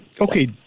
okay